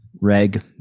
reg